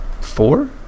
four